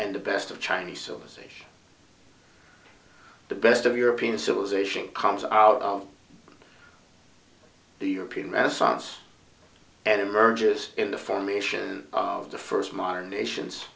and the best of chinese civilization the best of european civilization comes out of the european medicines and emerges in the formation of the first modern nations